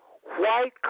white